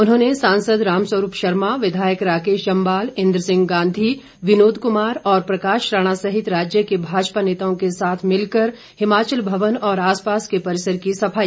उन्होंने सांसद रामस्वरूप शर्मा विधायक राकेश जमवाल इंद्र सिंह गांधी विनोद कुमार और प्रकाश राणा सहित राज्य के भाजपा नेताओं के साथ मिलकर हिमाचल भवन और आसपास के परिसर की सफाई